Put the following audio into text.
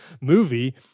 movie